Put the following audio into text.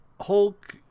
Hulk